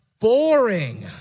boring